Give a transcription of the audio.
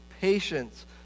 patience